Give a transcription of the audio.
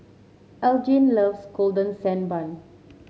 Elgin loves Golden Sand Bun